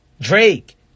Drake